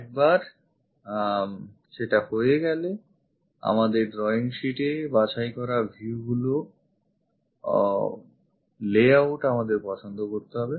একবার সেটা হয়ে গেলে আমাদের drawing sheet এ বাছাই করা viewগুলির layout পছন্দ করতে হবে